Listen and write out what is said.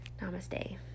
Namaste